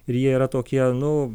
ir jie yra tokie nu